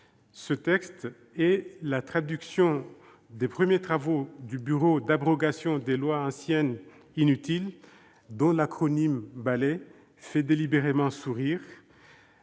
de loi est la traduction des premiers travaux du « bureau d'abrogation des lois anciennes inutiles », dont l'acronyme- Balai -fait délibérément sourire.